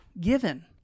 given